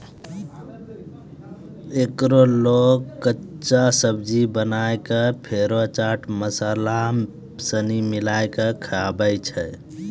एकरा लोग कच्चा, सब्जी बनाए कय या फेरो चाट मसाला सनी मिलाकय खाबै छै